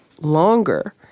longer